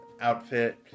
outfit